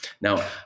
Now